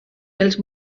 els